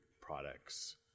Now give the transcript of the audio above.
products